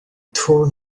turn